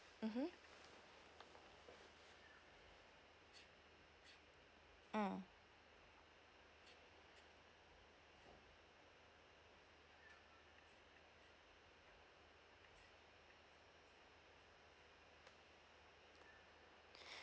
mmhmm um